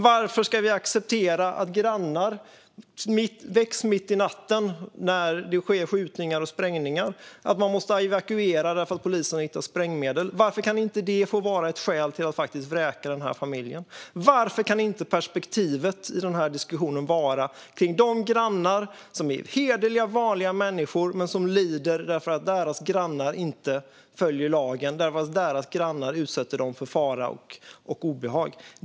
Varför ska vi acceptera att grannar väcks mitt i natten av skjutningar och sprängningar eller att de måste evakueras för att polisen har hittat sprängmedel? Varför kan inte sådant få vara ett skäl till att vräka den familj som den kriminelle tillhör? Varför kan inte perspektivet i den här diskussionen handla om de grannar som är hederliga och vanliga människor men som lider därför att deras grannar inte följer lagen och utsätter dem för fara och obehag?